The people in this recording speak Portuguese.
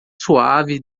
suave